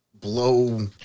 blow